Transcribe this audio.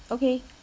okay